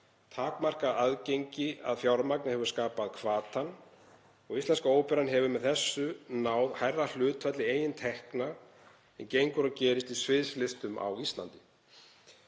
Takmarkað aðgengi að fjármagni hefur skapað hvatann og Íslenska óperan hefur með þessu náð hærra hlutfalli eigin tekna en gengur og gerist í sviðslistum á Íslandi.